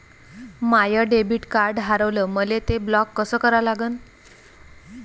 माय debit card हारवलं, मले ते ब्लॉक कस करा लागन?